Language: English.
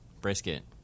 brisket